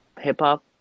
hip-hop